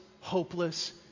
hopeless